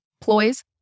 ploys